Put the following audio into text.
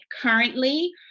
currently